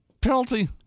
penalty